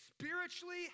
spiritually